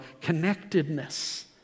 connectedness